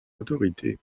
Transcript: autorité